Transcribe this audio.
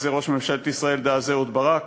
וחווה את זה ראש ממשלת ישראל דאז אהוד ברק,